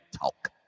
talk